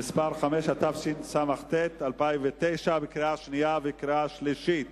(מס' 5), התשס”ט 2009, קריאה שנייה וקריאה שלישית.